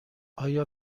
آیا